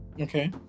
Okay